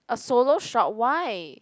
a solo shot why